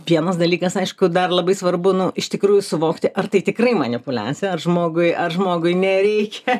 vienas dalykas aišku dar labai svarbu nu iš tikrųjų suvokti ar tai tikrai manipuliacija ar žmogui ar žmogui nereikia